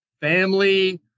family